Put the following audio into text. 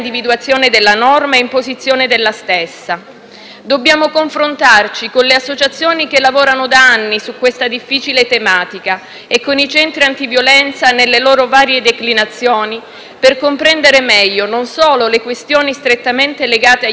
Dobbiamo confrontarci con le associazioni che lavorano da anni su questa difficile tematica e con i centri antiviolenza nelle loro varie declinazioni per comprendere meglio non solo le questioni strettamente legate agli episodi che si verificano quotidianamente,